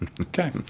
Okay